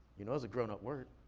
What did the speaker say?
you know it's a grown-up word.